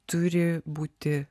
turi būti